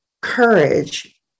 courage